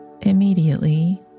Immediately